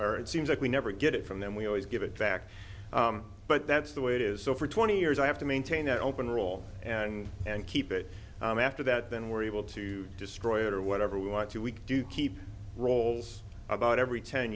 it seems like we never get it from them we always give it back but that's the way it is so for twenty years i have to maintain that open roll and and keep it after that then we're able to destroy it or whatever we want to we do keep rolls about every ten